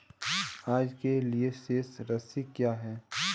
आज के लिए शेष राशि क्या है?